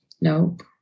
Nope